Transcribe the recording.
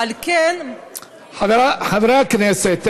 חברי הכנסת.